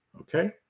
okay